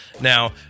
Now